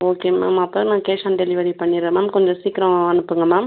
okay ma'am அப்போ நான் cash on delivery பண்ணிட்றேன் மேம் கொஞ்சம் சீக்கிரம் அனுப்புங்க மேம்